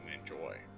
enjoy